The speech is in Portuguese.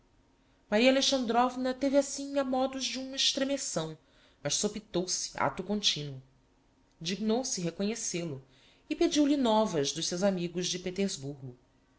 apresentar maria alexandrovna teve assim a modos de um estremeção mas sopitou se acto continuo dignou se reconhecêl o e pediu-lhe novas dos seus amigos de petersburgo